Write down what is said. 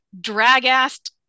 drag-assed